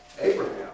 Abraham